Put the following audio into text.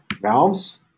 valves